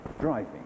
Driving